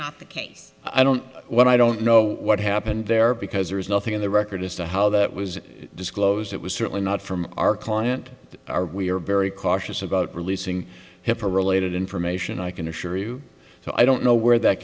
not the case i don't know what i don't know what happened there because there is nothing in the record as to how that was disclosed it was certainly not from our client our we are very cautious about releasing hipaa related information i can assure you so i don't know where that